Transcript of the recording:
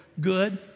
good